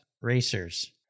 Racers